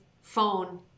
phone